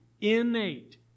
innate